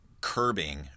curbing